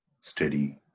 steady